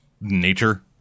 nature